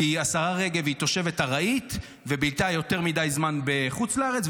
כי השרה רגב היא תושבת ארעית ובילתה יותר מדי זמן בחוץ לארץ,